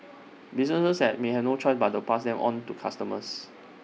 businesses said may have no choice but to pass them on to customers